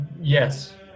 yes